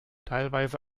teilweise